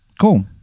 Cool